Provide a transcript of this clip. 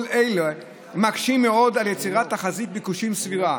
כל אלה מקשים מאוד על יצירת תחזית ביקושים סבירה